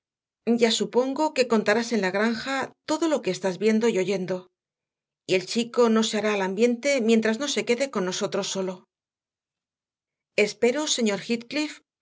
ya supongo que contarás en la granja todo lo que estás viendo y oyendo y el chico no se hará al ambiente mientras no se quede con nosotros solo espero señor